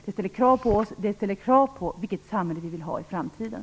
Det ställer krav på oss, och det ställer krav på vilket samhälle vi vill ha i framtiden.